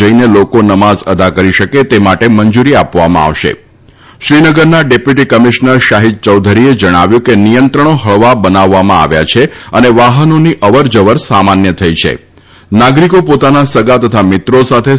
જઈને લોકો નમાઝ અદા કરી શકે તે માટે મંજુરી આપવામાં આવશે શ્રીનગરના ડેપ્યુટી કમીશનર શાહિદ ચૌધરીએ જણાવ્યું છે કે નિયંત્રણો હળવા બનાવવામાં આવ્યા છે અને વાહનોની અવરનાગરિકો પોતાના સગા તથા મિત્રો સાથે સરળતાથી